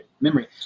memory